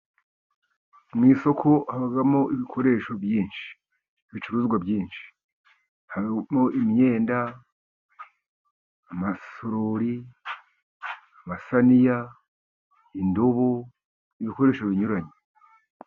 Mu isoko habamo ibikoresho byinshi, ibicuruzwa byinshi harimo: imyenda, amasurori, amasaniya, indobo, ibikoresho binyuranye.